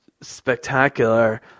spectacular